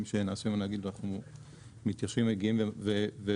שנעשו עם הנגיד ואנחנו מגיעים ופועלים,